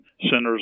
centers